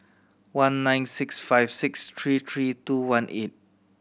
one nine six five six three three two one eight